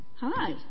Hi